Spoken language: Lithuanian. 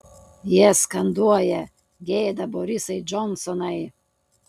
jie skanduoja gėda borisai džonsonai